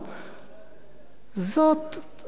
זה לא מביא אותנו לשום מקום,